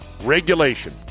regulation